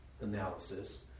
analysis